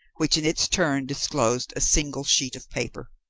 which in its turn disclosed a single sheet of paper.